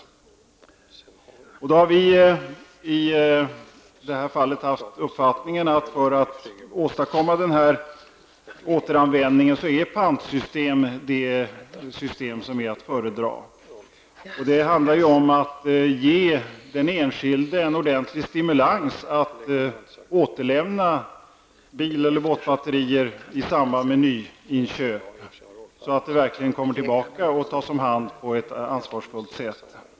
Moderata samlingspartiet har i detta fall haft uppfattningen att pantsystem är det system som är att föredra för att åstadkomma denna återanvändning. Det handlar om att ge den enskilde en ordentlig stimulans att återlämna bileller båtbatterier i samband med nyinköp så att de verkligen kommer tillbaka och tas om hand på ett ansvarsfullt sätt.